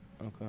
Okay